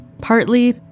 Partly